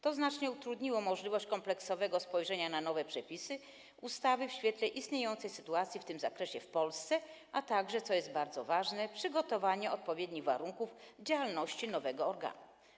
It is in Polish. To znacznie utrudniło możliwość kompleksowego spojrzenia na nowe przepisy ustawy w świetle istniejącej sytuacji w tym zakresie w Polsce, a także, co jest bardzo ważne, utrudniło przygotowanie odpowiednich warunków działalności nowego organu.